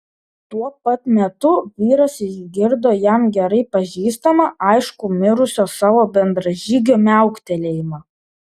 tuo pat metu vyras išgirdo jam gerai pažįstamą aiškų mirusio savo bendražygio miauktelėjimą